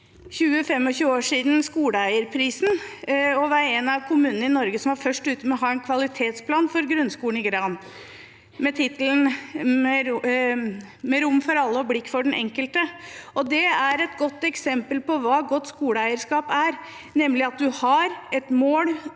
20 år siden og var en av kommunene i Norge som var først ute med å ha en kvalitetsplan for grunnskolen, med visjon om rom for alle og blikk for den enkelte. Det er et godt eksempel på hva godt skoleeierskap er, nemlig at en har et mål